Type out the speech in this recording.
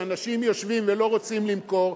שאנשים יושבים ולא רוצים למכור,